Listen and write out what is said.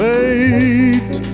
Fate